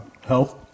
health